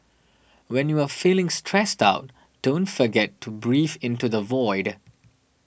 when you are feeling stressed out don't forget to breathe into the void